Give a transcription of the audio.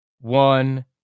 one